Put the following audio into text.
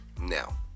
Now